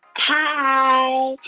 hi.